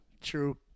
True